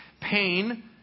pain